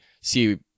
see